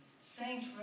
Saint